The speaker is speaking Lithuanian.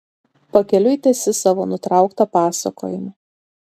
pakeliui tęsi savo nutrauktą pasakojimą